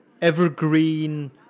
evergreen